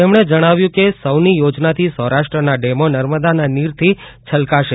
તેમણે જણાવ્યું કે સૌની યોજનાથી સૌરાષ્ટ્રના ડેમો નર્મદાના નીરથી છલકાશે